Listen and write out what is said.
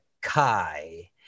Kai